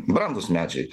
brandūs medžiai